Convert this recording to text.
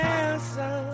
answer